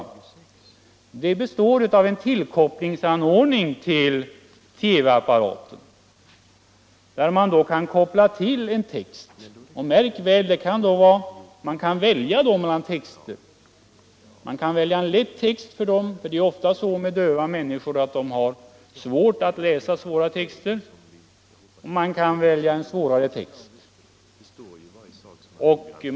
I den metoden använder man sig av en tillkopplingsanordning till TV-apparaten med vars hjälp man kan koppla till en text. Och märk väl att man då kan välja mellan olika texter. De döva kan välja en lätt text, eftersom det ofta är besvärligt för dem att läsa svåra texter, och andra kan välja en svårare text.